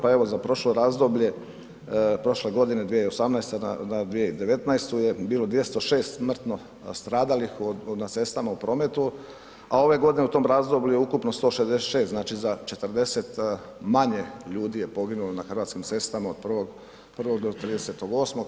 Pa evo za prošlo razdoblje, prošle godine 2018. na 2019. je bilo 206 smrtno stradalih na cestama u prometu a ove godine u tom razdoblju je ukupno 166. znači za 40 manje ljudi je poginulo na hrvatskim cestama od 1.1. do 30.8.